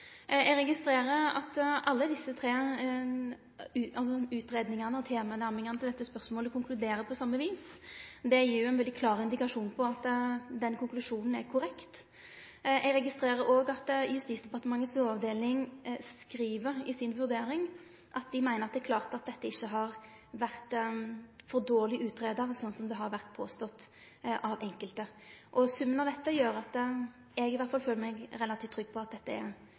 Eg registrerer at alle desse tre utgreiingane og tilnærmingane til dette spørsmålet konkluderer på same vis. Det gir ein veldig klar indikasjon på at den konklusjonen er korrekt. Eg registrerer òg at Justisdepartementets lovavdeling skriv i si vurdering at dei meiner det er klart at dette ikkje har vore for dårleg greidd ut, sånn som det har vorte påstått av enkelte. Summen av dette gjer at eg i alle fall føler meg relativt trygg på at det er